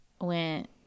went